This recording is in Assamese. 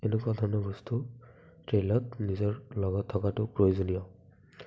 এনেকুৱা ধৰণৰ বস্তু ট্ৰেইলত নিজৰ লগত থকাটো প্ৰয়োজনীয়